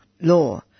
law